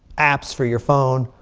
apps for your phone,